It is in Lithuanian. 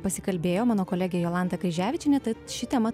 pasikalbėjo mano kolegė jolanta kryževičienė tad ši tema